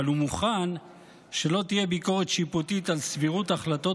אבל הוא מוכן שלא תהיה ביקורת שיפוטית על סבירות החלטות